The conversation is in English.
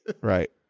Right